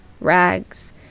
rags